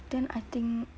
then I think